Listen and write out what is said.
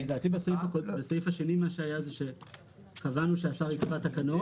לדעתי בסעיף השני קבענו שהשר יקבע תקנות.